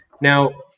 Now